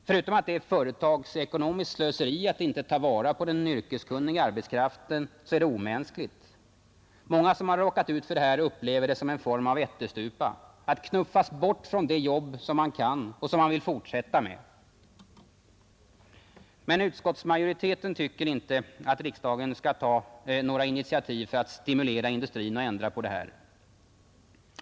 Förutom att det är företagsekonomiskt slöseri att inte ta vara på den yrkeskunniga arbetskraften, så är det omänskligt. Många som råkat ut för det här upplever det som en form av ättestupa — att knuffas bort från det jobb som man kan och som man vill fortsätta med. Men utskottsmajoriteten tycker inte att utskottet skall ta några initiativ för att stimulera riksdagen att ändra på det här.